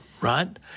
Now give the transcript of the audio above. right